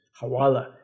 Hawala